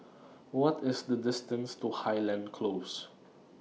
What IS The distance to Highland Close